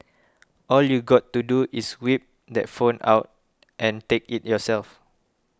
all you got to do is whip that phone out and take it yourself